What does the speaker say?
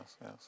yes